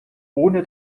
ohne